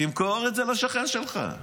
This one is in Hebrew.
תמכור את זה לשכן שלך.